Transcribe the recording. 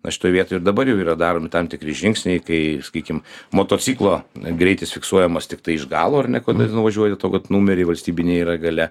na šitoj vietoj ir dabar jau yra daromi tam tikri žingsniai kai sakykim motociklo greitis fiksuojamas tiktai iš galo ar ne kol nenuvažiuoji dėl to kad numeriai valstybiniai yra gale